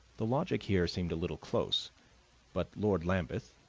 the logic here seemed a little close but lord lambeth,